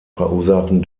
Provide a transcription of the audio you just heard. verursachen